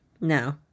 no